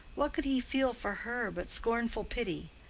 what could he feel for her but scornful pity?